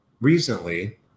recently